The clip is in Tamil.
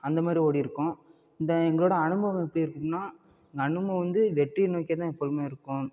அந்த மாரி ஓடியிருக்கோம் இந்த எங்களோடய அனுபவம் எப்படி இருக்கும்ன்னால் இந்த அனுபவம் வந்து வெற்றியை நோக்கித்தான் எப்பொழுதுமே இருக்கும்